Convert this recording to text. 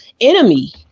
enemy